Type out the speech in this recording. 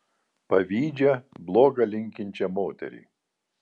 pavydžią bloga linkinčią moterį